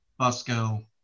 Busco